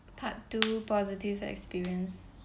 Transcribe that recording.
part two positive experience